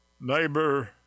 neighbor